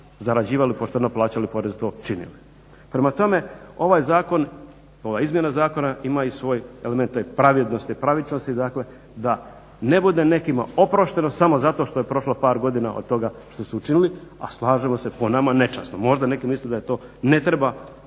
zarađivali, pošteno plaćali porez to činili. Prema tome, ovaj zakon, ova izmjena zakona ima i svoje elemente pravednosti i pravičnosti, dakle da ne bude nekima oprošteno samo zato što je prošlo par godina od toga što su učinili, a slažemo se po nama nečasno. Možda neki misle da to ne treba